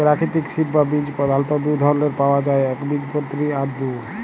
পেরাকিতিক সিড বা বীজ পধালত দু ধরলের পাউয়া যায় একবীজপত্রী আর দু